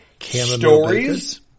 stories